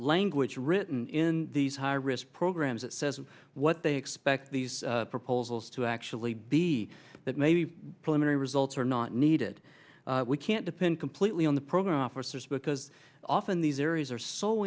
language written in these high risk programs it says and what they expect these proposals to actually be that may be clearing results are not needed we can't depend completely on the program officers because often these areas are so